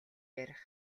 ярих